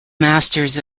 masters